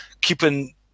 keeping